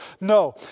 No